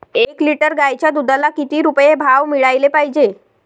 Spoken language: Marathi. एक लिटर गाईच्या दुधाला किती रुपये भाव मिळायले पाहिजे?